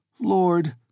Lord